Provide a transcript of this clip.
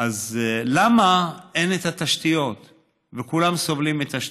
אז למה אין את התשתיות וכולם סובלים מתשתיות?